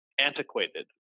antiquated